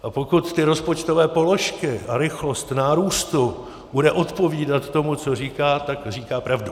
A pokud rozpočtové položky a rychlost nárůstu budou odpovídat tomu, co říká, tak říká pravdu.